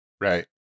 Right